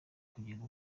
kugenda